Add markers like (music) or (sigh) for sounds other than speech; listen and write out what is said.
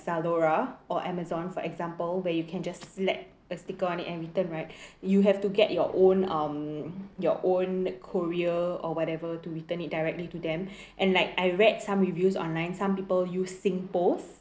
Zalora or Amazon for example where you can just slap a sticker on it and return right (breath) you have to get your own um your own courier or whatever to return it directly to them (breath) and like I read some reviews online some people use SingPost